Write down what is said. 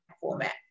format